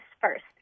first